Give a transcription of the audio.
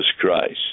Christ